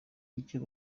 icyo